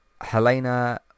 Helena